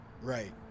Right